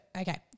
okay